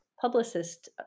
publicist